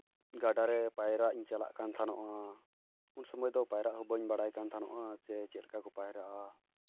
ᱜᱟᱰᱟ ᱨᱮ ᱯᱟᱭᱨᱟᱜ ᱤᱧ ᱪᱟᱞᱟᱜ ᱠᱟᱱ ᱛᱟᱦᱮᱱᱚᱜᱼᱟ ᱩᱱ ᱥᱚᱢᱚᱭ ᱫᱚ ᱯᱟᱭᱨᱟᱜ ᱦᱚᱸ ᱵᱟᱹᱧ ᱵᱟᱲᱟᱭ ᱠᱟᱱ ᱛᱟᱦᱮᱱᱚᱜᱼᱟ ᱥᱮ ᱪᱮᱫ ᱞᱮᱠᱟ ᱠᱚ ᱯᱟᱭᱨᱟᱜᱼᱟ